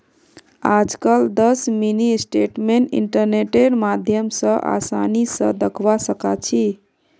आजकल दस mini statement इन्टरनेटेर माध्यम स आसानी स दखवा सखा छी